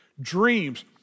dreams